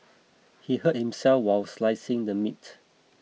he hurt himself while slicing the meat